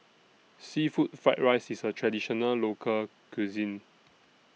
Seafood Fried Rice IS A Traditional Local Cuisine